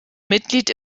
mitglied